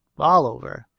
all over.